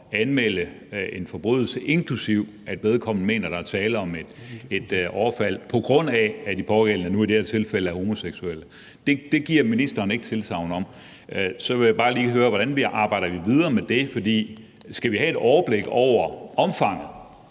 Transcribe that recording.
anmelde en forbrydelse, inklusive at vedkommende mener, at der er tale om et overfald, på grund af at de pågældende, i det her tilfælde, er homoseksuelle. Det giver ministeren ikke tilsagn om. Så vil jeg bare lige høre, hvordan vi arbejder videre med det. For skal vi have et overblik over omfanget,